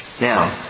Now